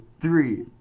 three